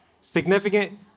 Significant